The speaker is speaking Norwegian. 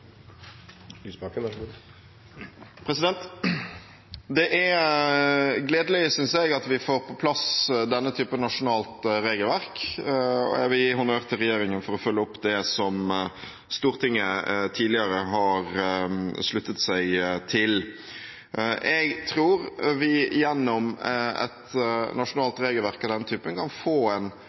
gledelig at vi får på plass denne typen nasjonalt regelverk, og jeg vil gi honnør til regjeringen for å følge opp det som Stortinget tidligere har sluttet seg til. Jeg tror vi gjennom et nasjonalt regelverk av denne typen kan få en